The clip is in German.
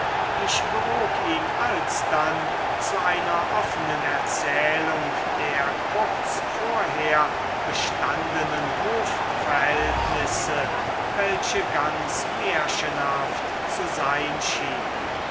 ich bewog ihn alsdann zu einer offenen erzählung der kurz vorher bestandenen hofverhältnisse welche ganz märchenhaft zu sein schienen